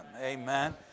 Amen